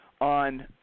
on